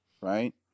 right